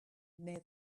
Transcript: near